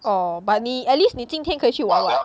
orh but 你 at least 你今天可以去玩了